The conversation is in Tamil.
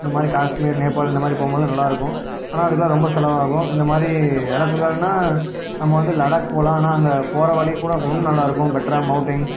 இந்தமாதிரி காஷ்மீர் நேபாள் இந்தமாதிரி போகும்போது நல்லா இருக்கும் ஆனால் அதுக்கெலாம் ரொம்ப செலவாகும் இந்தமாதிரி இலக்குகள்னால் நம்ம வந்து லடாக் போகலாம் ஆனால் அங்கே போகிற வழிக்கூட இன்னும் நல்லா இருக்கும் பெட்டராக மௌண்டைன்ஸ்